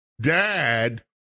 Dad